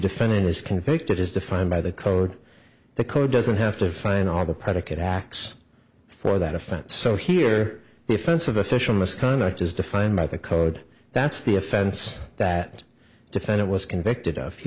defendant is convicted as defined by the code the code doesn't have to find all the predicate acts for that offense so here the offense of official misconduct is defined by the code that's the offense that defendant was convicted of he